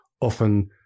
often